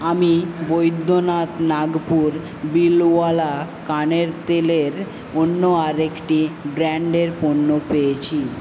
আমি বৈদ্যনাথ নাগপুর বিলওয়া তৈল কানের তেলের অন্য আরেকটি ব্র্যান্ডের পণ্য পেয়েছি